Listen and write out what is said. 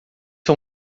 seu